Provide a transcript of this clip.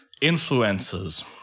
influences